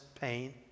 pain